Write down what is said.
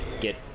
get